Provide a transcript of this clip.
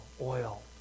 oil